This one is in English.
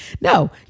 No